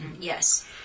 Yes